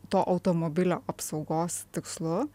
to automobilio apsaugos tikslu